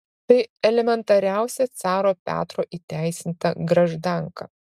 tai elementariausia caro petro įteisinta graždanka